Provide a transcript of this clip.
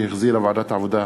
שהחזירה ועדת העבודה,